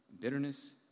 bitterness